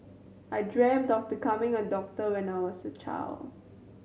I dreamt of becoming a doctor when I was a child